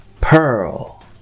pearl